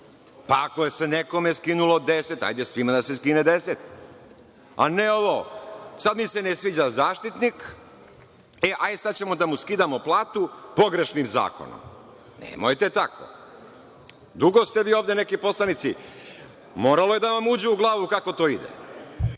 Pa, ako se nekome skinulo 10, hajde svima da se skine 10, a ne ovo - sad mi se ne sviđa Zaštitnik, e hajde sada ćemo da mu skidamo platu pogrešnim zakonom. Nemojte tako. Dugo ste vi ovde neki poslanici. Moralo je da vam uđe u glavu kako to ide.